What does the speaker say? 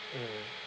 mm